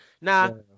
Now